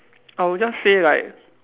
I would just say like